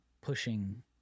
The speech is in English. pushing